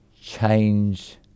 change